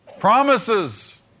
Promises